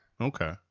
Okay